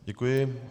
Děkuji.